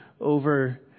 over